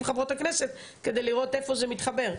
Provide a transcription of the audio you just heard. חברות הכנסת כדי לראות איפה זה מתחבר.